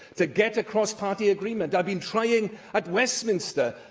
to get a cross-party agreement. i've been trying at westminster.